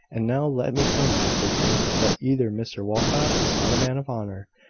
and now let me tell you, sister, that either mr walcot is not a man of honour,